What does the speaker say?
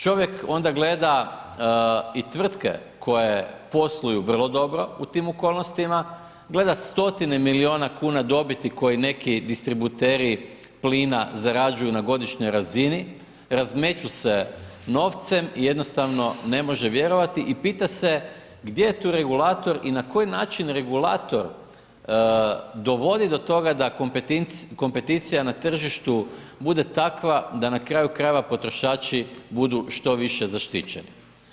Čovjek onda gleda i tvrtke koje posluju vrlo dobro u tim okolnostima, gleda stotine milijuna kuna dobiti koje neki distributeri plina zarađuju na godišnjoj razini, razmeću se novcem i jednostavno ne može vjerovati i pita se gdje je tu regulator i na koji način regulator dovodi do toga kompeticija na tržištu bude takva da na kraju krajeva potrošači budu što više zaštićeni.